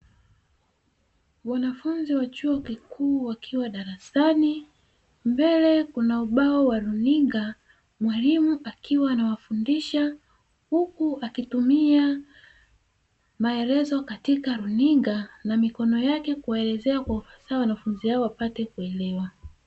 Wanafunzi wa chuo kikuu wakiwa darasani mbele kuna ubao wa runinga, mwalimu akiwa anawafundisha huku akitumia maelekezo katika runinga na mikono yake kuelezea kwa ufasaha wanafuzi hao wapate kuelewa.